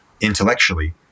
intellectually